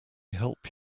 help